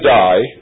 die